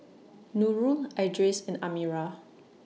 Nurul Idris and Amirah